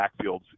backfields